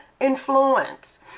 influence